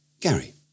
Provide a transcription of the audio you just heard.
Gary